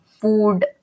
food